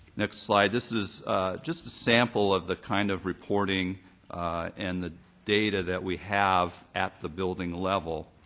next slide, this is just a sample of the kind of reporting and the data that we have at the building level.